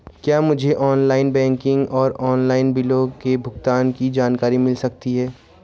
क्या मुझे online banking और ऑनलाइन बिलों के भुगतान की जानकारी मिल सकता है?